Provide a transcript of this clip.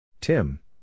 Tim